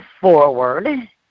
forward